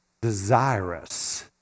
desirous